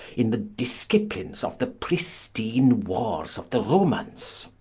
in the disciplines of the pristine warres of the romans